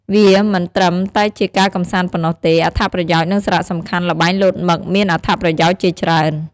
វាមិនត្រឹមតែជាការកម្សាន្តប៉ុណ្ណោះទេ អត្ថប្រយោជន៍ និងសារៈសំខាន់ល្បែងលោតមឹកមានអត្ថប្រយោជន៍ជាច្រើន ។